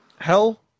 Hell